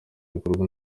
bikorwa